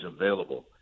available